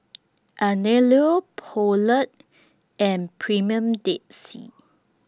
Anello Poulet and Premier Dead Sea